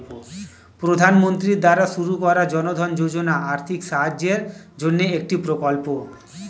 প্রধানমন্ত্রী দ্বারা শুরু করা জনধন যোজনা আর্থিক সাহায্যের জন্যে একটি প্রকল্প